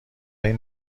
این